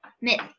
myth